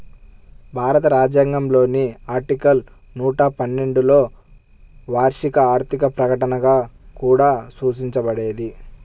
భారత రాజ్యాంగంలోని ఆర్టికల్ నూట పన్నెండులోవార్షిక ఆర్థిక ప్రకటనగా కూడా సూచించబడేది